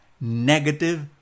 negative